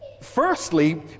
firstly